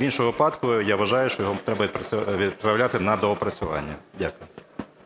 В іншому випадку, я вважаю, що його треба відправляти на доопрацювання. Дякую.